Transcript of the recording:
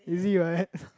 easy what